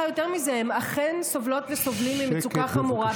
יותר מזה: הם אכן סובלות וסובלים ממצוקה חמורה,